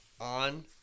on